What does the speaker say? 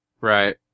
Right